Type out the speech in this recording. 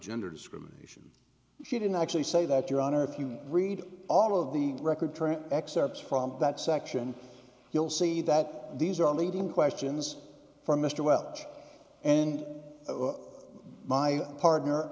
gender discrimination she didn't actually say that your honor if you read all of the record excerpts from that section you'll see that these are all medium questions for mr welch and my partner